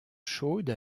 chaudes